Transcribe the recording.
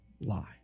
lie